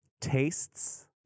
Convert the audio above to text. Tastes